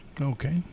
Okay